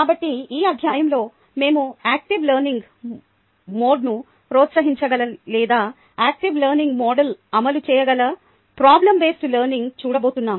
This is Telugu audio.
కాబట్టి ఈ అధ్యాయంలో మేము యాక్టివ్ లెర్నింగ్ మోడ్ను ప్రోత్సహించగల లేదా యాక్టివ్ లెర్నింగ్ మోడ్లో అమలు చేయగల ప్రోబ్లెమ్ బేస్డ్ లెర్నింగ్ చూడబోతున్నాం